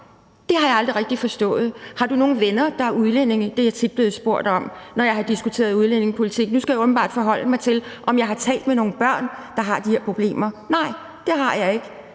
Det har jeg aldrig rigtig forstået. Har du nogle venner, der er udlændinge? Det er jeg tit blevet spurgt om, når jeg har diskuteret udlændingepolitik, og nu skal jeg åbenbart forholde mig til, om jeg har talt med nogle børn, der har de her problemer. Nej, det har jeg ikke.